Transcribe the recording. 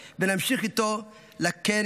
ונמשיך איתו לכנס